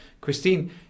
Christine